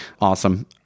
awesome